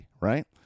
right